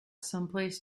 someplace